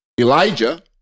Elijah